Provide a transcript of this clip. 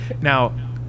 now